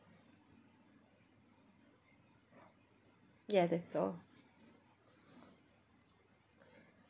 ya that's all